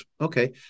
Okay